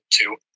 two